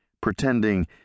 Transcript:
pretending